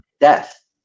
death